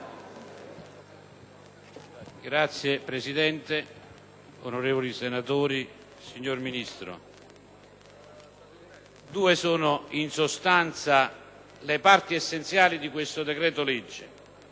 Signor Presidente, onorevoli senatori, signor Ministro, due sono, in sostanza, le parti essenziali di questo decreto-legge: